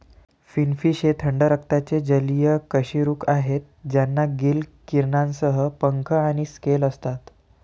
finfish हे थंड रक्ताचे जलीय कशेरुक आहेत ज्यांना गिल किरणांसह पंख आणि स्केल असतात